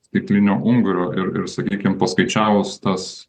stiklinio ungurio ir ir sakykim paskaičiavus tas